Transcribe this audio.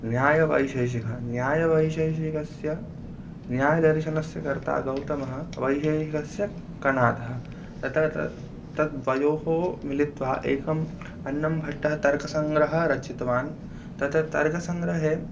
न्यायवैशेषिकः न्यायवैशेषिकस्य न्यायदर्शनस्य कर्ता गौतमः वैशेषिकस्य कणादः तत्र तद् तद्वयोः मिलित्वा एकम् अन्नंभट्टः तर्कसङ्ग्रहं रचितवान् तत्र तर्कसङ्ग्रहे